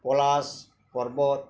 পলাশ পর্বত